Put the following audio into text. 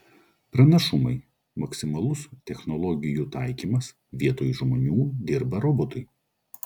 pranašumai maksimalus technologijų taikymas vietoj žmonių dirba robotai